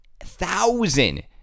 thousand